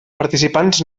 participants